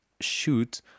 shoot